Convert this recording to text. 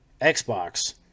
Xbox